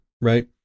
right